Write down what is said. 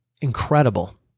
Incredible